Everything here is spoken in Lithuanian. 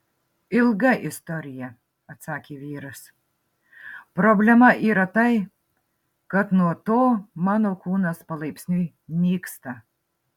ilga istorija atsakė vyras problema yra tai kad nuo to mano kūnas palaipsniui nyksta